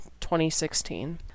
2016